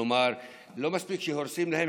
כלומר לא מספיק שהורסים להם,